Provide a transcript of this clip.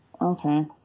okay